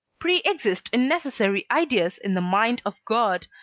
preexist in necessary ideas in the mind of god,